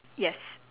yes